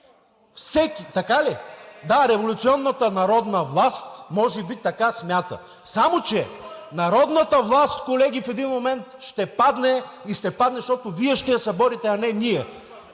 реплики.) Така ли е? Да, революционната народна власт може би така смята. Само че народната власт, колеги, в един момент ще падне. И ще падне, защото Вие ще я съборите, а не ние!